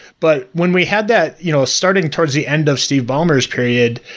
but when we had that you know starting towards the end of steve ballmer's period,